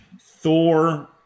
Thor